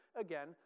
again